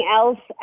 else